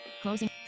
Closing